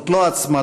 זו לא הצמדה,